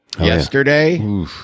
yesterday